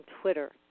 Twitter